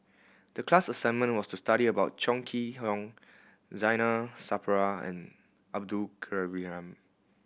the class assignment was to study about Chong Kee Hiong Zainal Sapari and Abdul Kadir Ibrahim